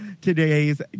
Today's